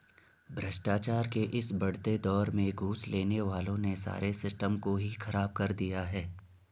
भ्रष्टाचार के इस बढ़ते दौर में घूस लेने वालों ने सारे सिस्टम को ही खराब कर दिया है